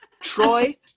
Troy